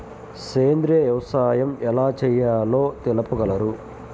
సేంద్రీయ వ్యవసాయం ఎలా చేయాలో తెలుపగలరు?